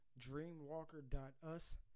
dreamwalker.us